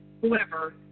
whoever